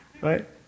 Right